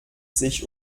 sich